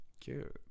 Cute